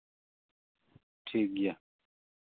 ᱴᱷᱤᱠᱜᱮᱭᱟ